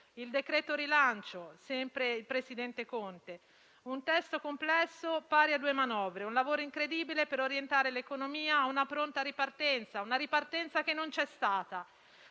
Il decreto rilancio, sempre il presidente Conte: un testo complesso, pari a due manovre, un lavoro incredibile per orientare l'economia a una pronta ripartenza. Una ripartenza che non c'è stata.